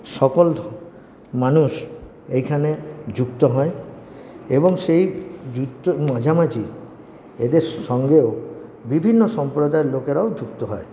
সকল মানুষ এইখানে যুক্ত হয় এবং সেই মাঝামাঝি এদের স সঙ্গেও বিভিন্ন সম্প্রদায়ের লোকেরাও যুক্ত হয়